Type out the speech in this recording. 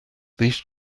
these